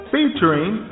Featuring